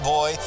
Boy